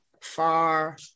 far